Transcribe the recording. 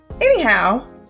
anyhow